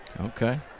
Okay